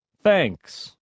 thanks